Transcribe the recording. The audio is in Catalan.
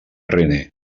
rené